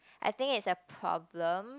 I think it's a problem